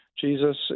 Jesus